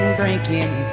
drinking